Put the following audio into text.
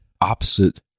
opposite